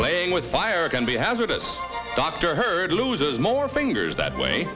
playing with fire can be hazardous dr heard loses more fingers that way